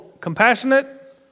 compassionate